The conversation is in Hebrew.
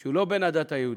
שהוא לא בן הדת היהודית,